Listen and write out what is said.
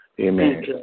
Amen